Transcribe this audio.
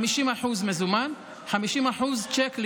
50% מזומן ו-50% צ'ק,